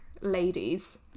ladies